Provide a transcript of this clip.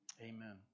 Amen